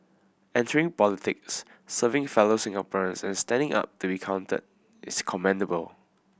entering politics serving fellow Singaporeans and standing up to be counted is commendable